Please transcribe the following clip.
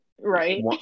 Right